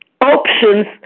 options